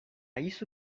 isso